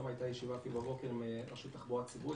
היום בבוקר הייתה ישיבה עם הרשות לתחבורה ציבורית,